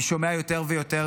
אני שומע יותר ויותר